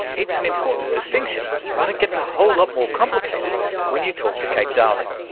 it's an important distinction, but it gets a whole lot more complicated when you talk to kate darling,